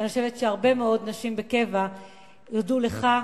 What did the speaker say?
ואני חושבת שהרבה מאוד נשים בקבע יודו לך,